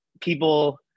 People